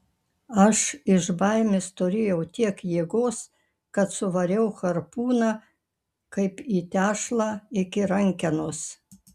aš iš baimės turėjau tiek jėgos kad suvariau harpūną kaip į tešlą iki rankenos